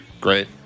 Great